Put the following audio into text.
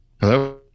hello